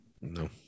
No